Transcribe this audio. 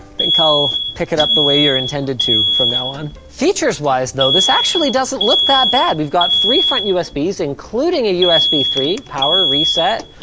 think i'll pick it up the way you're intended to from now on. features-wise, though, this actually doesn't look that bad. we've got three front usbs, including a usb three, power, reset,